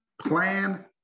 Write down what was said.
Plan